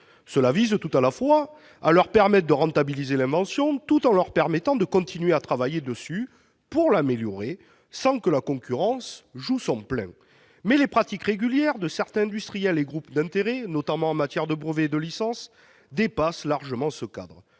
Cela vise tout à la fois à leur permettre de rentabiliser cette invention et à continuer de travailler dessus pour l'améliorer, sans que la concurrence joue à plein. Mais les pratiques régulières de certains industriels et groupes d'intérêts, notamment en matière de brevets et de licences, dépassent largement ce cadre.